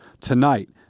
Tonight